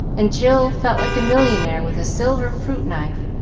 and jill felt like a millionaire, with a silver fruit-knife,